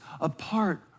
apart